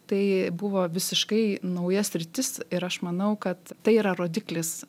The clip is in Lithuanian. tai buvo visiškai nauja sritis ir aš manau kad tai yra rodiklis